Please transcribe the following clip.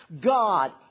God